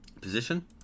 position